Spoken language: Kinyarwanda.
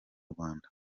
rwanda